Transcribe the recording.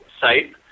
site